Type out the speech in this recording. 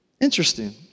Interesting